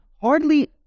hardly